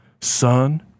son